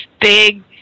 big